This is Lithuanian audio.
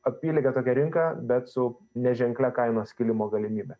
apylygę tokią rinką bet su neženklia kainos kilimo galimybe